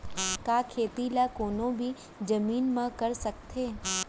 का खेती ला कोनो भी जमीन म कर सकथे?